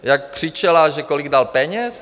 Jak křičela, že kolik dal peněz?